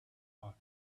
heart